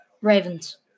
Ravens